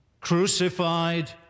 crucified